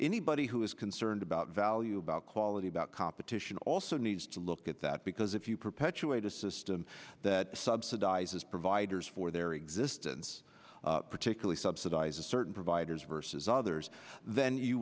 anybody who is concerned about value about quality about competition also needs to look at that because if you perpetuate a system that subsidizes providers for their existence particularly subsidizes certain providers versus others then you